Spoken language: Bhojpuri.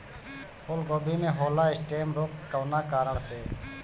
फूलगोभी में होला स्टेम रोग कौना कारण से?